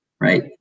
right